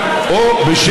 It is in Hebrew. אם כן,